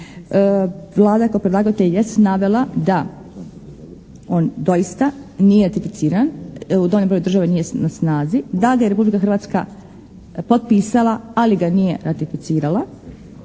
Vlada kao predlagatelj jest navela da on doista nije ratificiran, u …/Govornik se ne razumije./… broju država nije na snazi, da ga je Republika Hrvatska potpisala ali ga nije ratificirala,